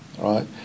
right